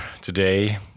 today